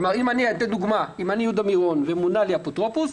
כלומר אם מונה לי אפוטרופוס,